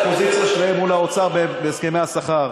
את הפוזיציה שלהם מול האוצר בהסכמי השכר,